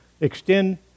extend